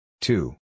Two